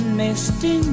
misty